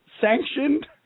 sanctioned